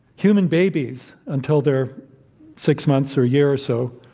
human babies, until they're six months or a year or so,